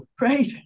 Right